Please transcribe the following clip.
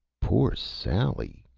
pore sally,